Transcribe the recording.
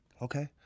Okay